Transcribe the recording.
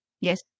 Yes